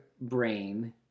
brain